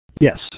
Yes